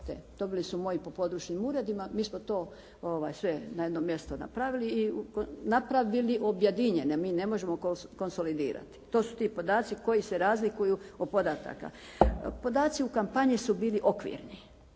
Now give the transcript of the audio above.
Dobili su moji po područnim uredima, mi smo to sve na jednom mjestu napravili i napravili objedinjene. Mi ne možemo konsolidirati. To su ti podaci koji se razlikuju od podataka. Podaci u kampanji su bili okvirni.